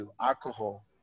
alcohol